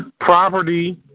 Property